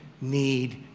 need